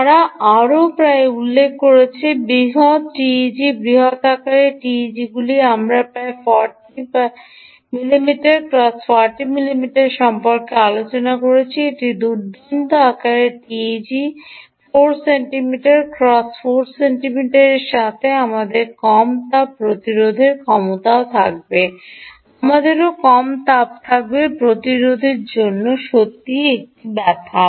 তারা আরও উল্লেখ করে যে বৃহত টিইজি বৃহত আকারের টিইজিগুলি আমরা প্রায় 40 মিমি ক্রস 40 মিমি সম্পর্কে আলোচনা করছি এটি দুর্দান্ত আকারের টিগি 4 সেন্টিমিটার ক্রস 4 সেন্টিমিটারের সাথে আমাদের কম তাপ প্রতিরোধ ক্ষমতাও থাকবে আমাদেরও কম তাপ থাকবে প্রতিরোধের সত্যই একটি ব্যথা